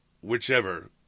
whichever